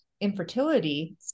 infertility